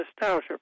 Nostalgia